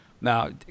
Now